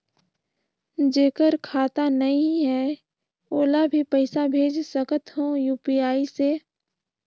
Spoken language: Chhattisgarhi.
जेकर खाता नहीं है ओला भी पइसा भेज सकत हो यू.पी.आई से?